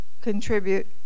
contribute